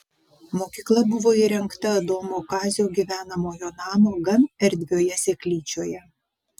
mokykla buvo įrengta adomo kazio gyvenamojo namo gan erdvioje seklyčioje